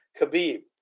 Khabib